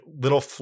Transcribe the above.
little